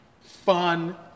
fun